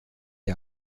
der